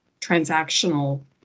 transactional